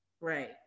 Right